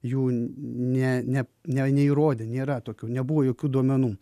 jų ne ne ne neįrodė nėra tokių nebuvo jokių duomenų